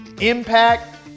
impact